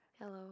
Hello